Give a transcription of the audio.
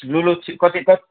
लु लु छि कति कत्